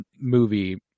movie